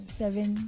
seven